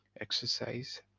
exercise